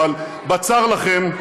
אבל בצר לכם,